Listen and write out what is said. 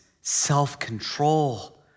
self-control